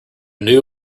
new